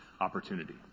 opportunity